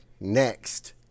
next